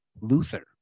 Luther